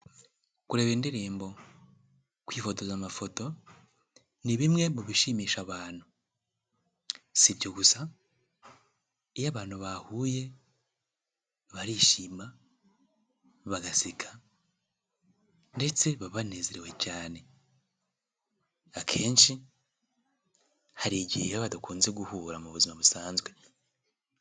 Kureba indirimbo, kwifotoza amafoto, ni bimwe mu bishimisha abantu. Si ibyo gusa, iyo abantu bahuye barishima, bagaseka ndetse baba banezerewe cyane, akenshi hari igihe baba badakunze guhura mu buzima busanzwe.